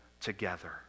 together